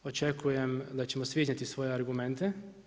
Očekujem da ćemo svi iznijeti svoje argumente.